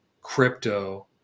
crypto